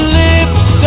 lips